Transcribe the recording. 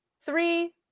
three